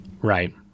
Right